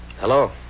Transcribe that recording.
Hello